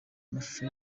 amashusho